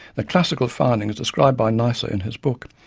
the classical findings described by neisser in his book.